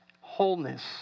wholeness